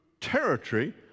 territory